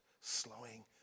slowing